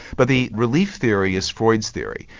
but the relief theory is freud's theory.